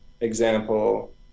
example